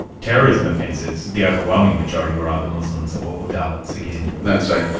terrorism offences, the overwhelming majority were either muslims or dalits again. that's right.